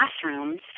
classrooms